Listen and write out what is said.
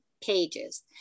pages